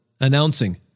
announcing